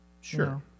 sure